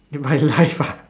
in my life ah